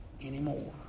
anymore